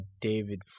David